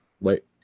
wait